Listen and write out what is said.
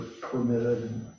permitted